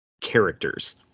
Characters